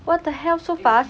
what the hell so fast